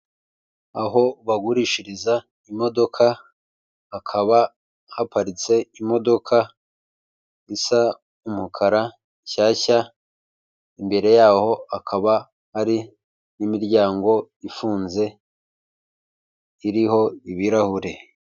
Aho bagurishiriza imodoka hakaba haparitse imodoka isa umukara shyashya imbere yaho akaba ari n'imiryango ifunze iriho ibirahure.